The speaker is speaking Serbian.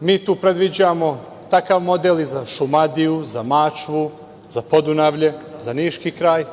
mi tu predviđamo takav model i za Šumadiju, za Mačvu, za Podunavlje, za Niški kraj